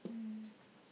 um